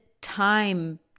time